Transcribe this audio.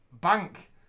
bank